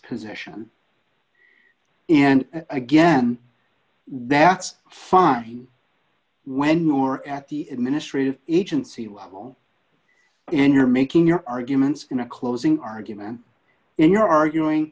position and again that's fine when you are at the administrative agency level and you're making your arguments in a closing argument and you're arguing